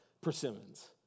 persimmons